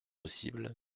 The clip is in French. possible